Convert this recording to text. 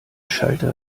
schalter